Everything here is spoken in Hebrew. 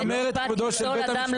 לשמר את כבודו של בית המשפט.